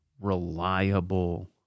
Reliable